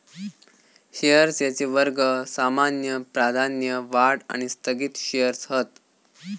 shares यांचे वर्ग सामान्य, प्राधान्य, वाढ आणि स्थगित शेअर्स हत